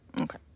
okay